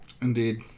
indeed